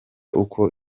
uko